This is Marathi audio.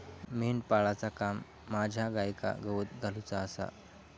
मेंढपाळाचा काम माझ्या गाईंका गवत घालुचा आसा